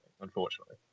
unfortunately